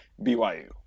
BYU